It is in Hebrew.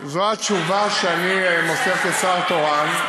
זו התשובה שאני מוסר כשר תורן,